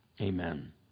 Amen